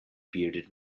bearded